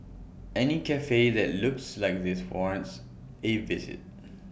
any Cafe that looks like this warrants A visit